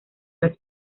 las